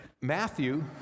Matthew